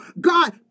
God